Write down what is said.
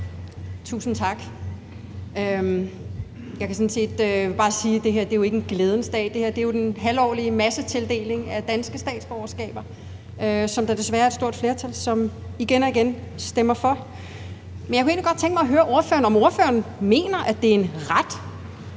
Tusind tak. Jeg vil sådan set bare sige, at det her ikke er en glædens dag – det er jo den halvårlige massetildeling af danske statsborgerskaber, som der desværre er et stort flertal, som igen og igen stemmer for. Men jeg kunne egentlig godt tænke mig at høre ordføreren, om ordføreren mener, at det er en ret